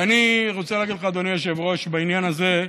ואני רוצה להגיד לך, אדוני היושב-ראש, בעניין הזה: